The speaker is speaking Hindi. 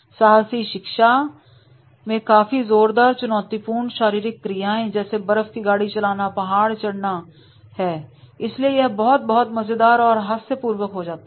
साहसी शिक्षा में काफी जोरदार चुनौतीपूर्ण शारीरिक क्रियाएं जैसे कि बर्फ की गाड़ी चलाना पहाड़ चढ़ना है इसलिए यह बहुत बहुत मजेदार और हास्य पूर्वक हो जाता है